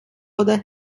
oder